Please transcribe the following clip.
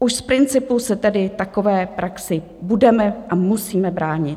Už z principu se tedy takové praxi budeme a musíme bránit.